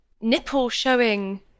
nipple-showing